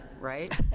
right